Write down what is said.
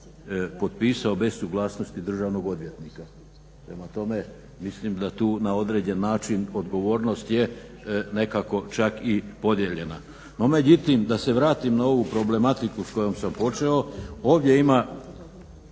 potpisao bez suglasnosti državnog odvjetnika. Prema tome mislim da tu na određeni način odgovornost je nekako čak i podijeljena. No međutim da se vratim na ovu problematiku s kojom sam počeo. Ovdje ima